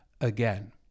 again